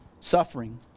suffering